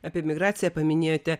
apie migraciją paminėjote